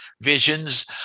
visions